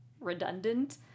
redundant